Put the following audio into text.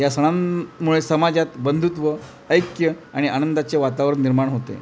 या सणांमुळे समाजात बंधुत्व ऐक्य आणि आनंदाचे वातावरण निर्माण होते